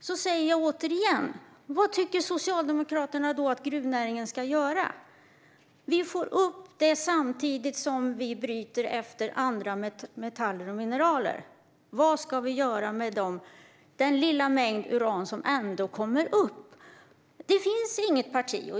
Då frågar jag återigen: Vad tycker Socialdemokraterna att gruvnäringen då ska göra? Uran är en biprodukt som man kan få upp samtidigt som man bryter andra metaller och mineraler. Vad ska vi göra med den lilla mängd uran som ändå kommer i dagen?